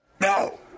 No